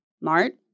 Mart